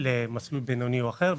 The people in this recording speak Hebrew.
למסלול בינוני או אחר,